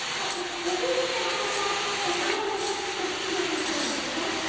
okay well you eat your apple sauce, and elmo will eat his tuna fish sandwich, okay?